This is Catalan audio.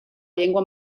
llengua